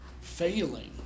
failing